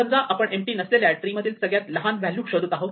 समजा आपण एम्पटी नसलेल्या ट्री मधील सगळ्यात लहान व्हॅल्यू शोधत आहोत